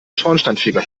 schornsteinfeger